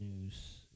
News